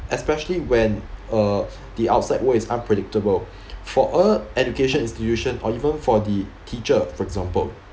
especially when uh the outside world is unpredictable for a education institution or even for the teacher for example